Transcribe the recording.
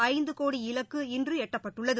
ஐந்துகோடி இலக்கு இன்றுஎட்டப்பட்டுள்ளது